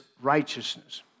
righteousness